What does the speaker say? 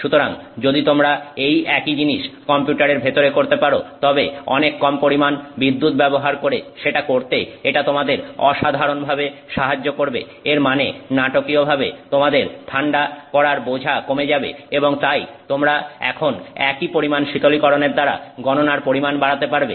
সুতরাং যদি তোমরা এই একই জিনিস কম্পিউটারের ভেতরে করতে পারো তবে অনেক কম পরিমাণ বিদ্যুৎ ব্যবহার করে সেটা করতে এটা তোমাদের অসাধারণভাবে সাহায্য করবে এর মানে নাটকীয়ভাবে তোমাদের ঠান্ডা করার বোঝা কমে যাবে এবং তাই তোমরা এখন একই পরিমাণ শীতলীকরণের দ্বারা গণনার পরিমাণ বাড়াতে পারবে